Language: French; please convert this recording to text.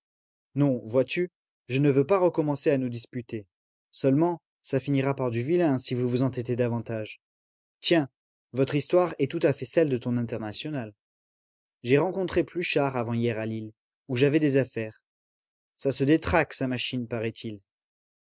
non vois-tu je ne veux pas recommencer à nous disputer seulement ça finira par du vilain si vous vous entêtez davantage tiens votre histoire est tout à fait celle de ton internationale j'ai rencontré pluchart avant-hier à lille où j'avais des affaires ça se détraque sa machine paraît-il